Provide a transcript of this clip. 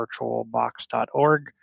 virtualbox.org